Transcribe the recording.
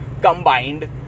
Combined